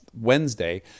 Wednesday